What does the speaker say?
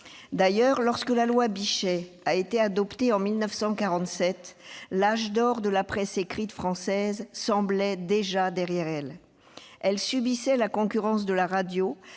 D'ailleurs, lorsque la loi Bichet avait été adoptée en 1947, l'âge d'or de la presse écrite française semblait déjà derrière elle. Celle-ci subissait la concurrence de la radio,